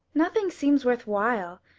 nothing seems worthwhile.